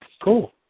cool